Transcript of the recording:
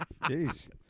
Jeez